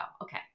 Okay